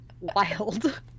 wild